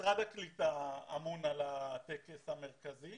משרד הקליטה אמון על הטקס המרכזי